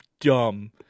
dumb